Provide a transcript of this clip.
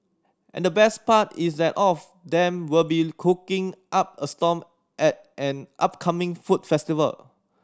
and the best part is that of them will be cooking up a storm at an upcoming food festival